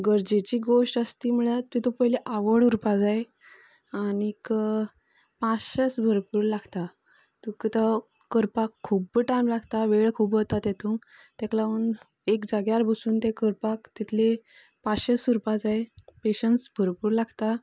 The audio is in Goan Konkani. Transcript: गरजेची गोश्ट आसा ती म्हळ्यार तितूंत पयलीं आवड उरपाक जाय आनीक पाशयेस भरपूर लागता तुका तो करपाक खुब्ब टायम लागता वेळ खूब वता तेतूंत तेका लागून एक जाग्यार बसून ते करपाक तितलें पासयेस उरपाक जाय पेशन्स भरपूर लागता